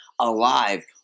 alive